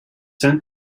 sent